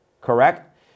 correct